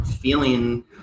feeling